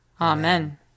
Amen